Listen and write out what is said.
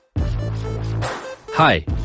Hi